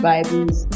Bibles